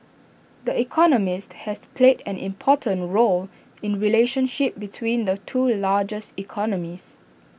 the economist has played an important role in relationship between the two largest economies